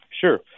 Sure